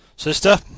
Sister